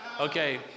Okay